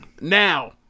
Now